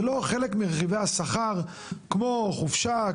זה לא חלק מרכיבי השכר כמו חופשה,